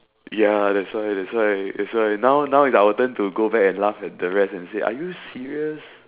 ya that's why that's why that's why now now is our turn to go back and laugh at the rest and say are you serious